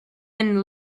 and